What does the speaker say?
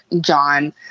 John